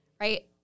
right